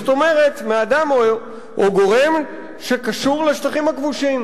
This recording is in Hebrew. זאת אומרת: אדם או גורם שקשור לשטחים הכבושים,